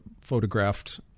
photographed